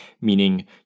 meaning